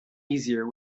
easier